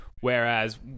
Whereas